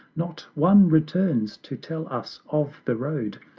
not one returns to tell us of the road,